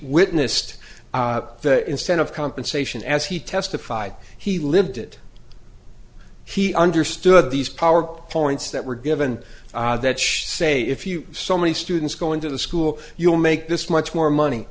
witnessed that instead of compensation as he testified he lived it he understood these power points that were given that she say if you so many students go into the school you'll make this much more money